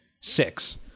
Six